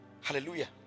hallelujah